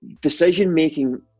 decision-making